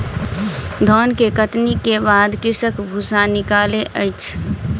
धान के कटनी के बाद कृषक भूसा निकालै अछि